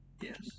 Yes